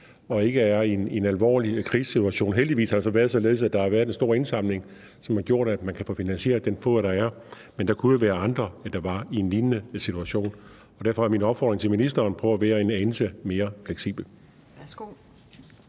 ikke er i en alvorlig krisesituation. Heldigvis er det således, at der har været en stor indsamling, som har gjort, at man kan få finansieret det foder, der er brug for, men der kunne jo være andre, der var i en lignende situation. Og derfor er min opfordring til ministeren: Prøv at være en anelse mere fleksibel.